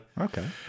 Okay